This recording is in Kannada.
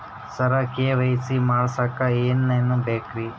ಸರ ಕೆ.ವೈ.ಸಿ ಮಾಡಸಕ್ಕ ಎನೆನ ಬೇಕ್ರಿ?